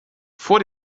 vor